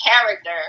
character